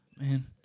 Man